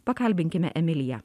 pakalbinkime emilija